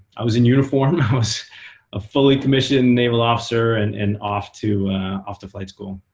i was in uniform. i was a fully commissioned naval officer, and and off to off to flight school.